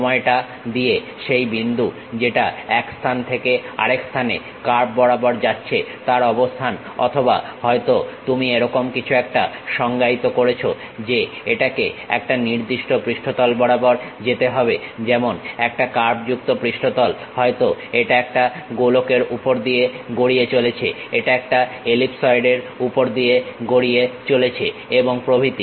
সময়টা দিয়ে সেই বিন্দু যেটা এক স্থান থেকে আরেক স্থানে কার্ভ বরাবর যাচ্ছে তার অবস্থান অথবা হয়তো তুমি এরকম কিছু একটা সংজ্ঞায়িত করছো যে এটাকে একটা নির্দিষ্ট পৃষ্ঠ তল বরাবর যেতে হবে যেমন একটা কার্ভযুক্ত পৃষ্ঠতল হয়তো এটা একটা গোলকের উপর দিয়ে গড়িয়ে চলেছে এটা একটা এলিপসয়েড এর উপর দিয়ে গড়িয়ে চলেছে এবং প্রভৃতি